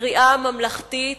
בקריאה ממלכתית